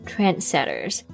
Trendsetters